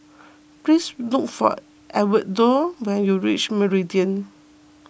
please look for Edwardo when you reach Meridian